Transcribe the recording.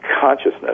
consciousness